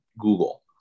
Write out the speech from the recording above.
Google